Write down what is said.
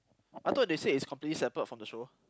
I thought they said it's completely separate from the show